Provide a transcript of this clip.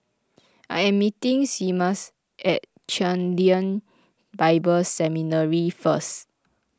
I am meeting Seamus at Chen Lien Bible Seminary first